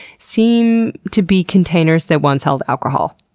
seem to be containers that once held alcohol.